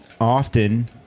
often